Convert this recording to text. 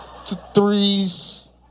Threes